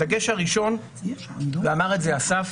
הדגש הראשון, ואמר את זה אסף,